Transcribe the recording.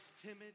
timid